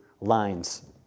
lines